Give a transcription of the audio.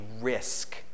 risk